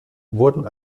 wurden